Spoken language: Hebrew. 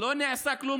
לא נעשה כלום,